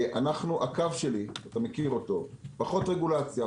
הקו שלי - פחות רגולציה,